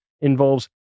involves